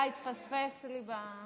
מחילה, התפספס לי.